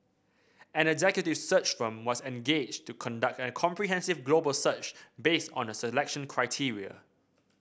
an executive search firm was engaged to conduct a comprehensive global search based on the selection criteria